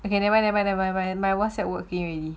okay never mind never mind never mid my Whatsapp working already